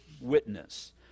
witness